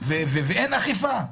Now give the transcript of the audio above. ואין אכיפה.